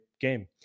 game